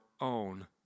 own